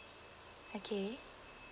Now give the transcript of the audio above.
okay